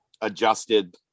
adjusted